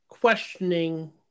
questioning